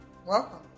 welcome